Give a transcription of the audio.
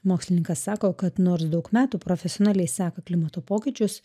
mokslininkas sako kad nors daug metų profesionaliai seka klimato pokyčius